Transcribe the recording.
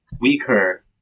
weaker